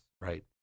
right